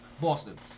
Boston